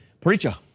Preacher